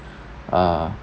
ah